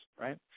right